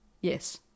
yes